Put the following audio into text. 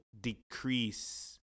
decrease